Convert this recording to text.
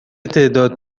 تعداد